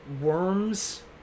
worms